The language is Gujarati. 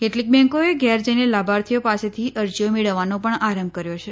કેટલીક બેંકોએ ઘેર જઈને લાભાર્થીઓ પાસેથી અરજીઓ મેળવવાનો પણ આરંભ કર્યો છે